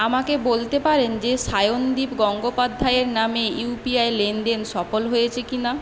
আমাকে বলতে পারেন যে সায়নদীপ গঙ্গোপাধ্যায়ের নামে ইউপিআই লেনদেন সফল হয়েছে কি না